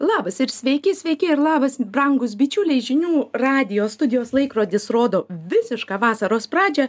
labas ir sveiki sveiki ir labas brangūs bičiuliai žinių radijo studijos laikrodis rodo visišką vasaros pradžią